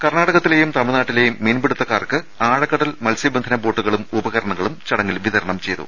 കർണാടകത്തിലെയും തമിഴ്നാട്ടിലെയും മീൻപിടുത്തക്കാർക്ക് ആഴക്കടൽ മത്സ്യബന്ധന ബോട്ടു കളും ഉപകരണങ്ങളും ചടങ്ങിൽ വിതരണം ചെയ്തു